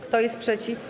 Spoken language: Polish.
Kto jest przeciw?